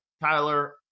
Tyler